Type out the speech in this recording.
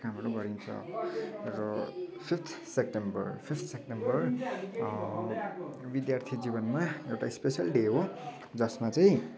कामहरू गरिन्छ र फिफ्थ सेप्टेम्बर फिफ्थ सेप्टेम्बर विद्यार्थी जीवनमा एउटा इस्पेसल डे हो जसमा चाहिँ